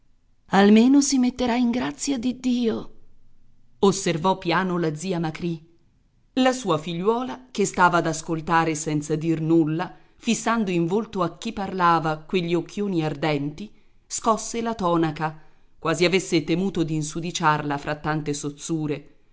almeno si metterà in grazia di dio osservò piano la zia macrì la sua figliuola che stava ad ascoltare senza dir nulla fissando in volto a chi parlava quegli occhioni ardenti scosse la tonaca quasi avesse temuto d'insudiciarla fra tante